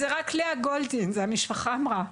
אז זה רק לאה גולדין, המשפחה אמרה.